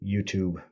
YouTube